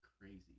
crazy